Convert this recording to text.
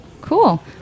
Cool